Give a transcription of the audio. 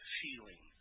feeling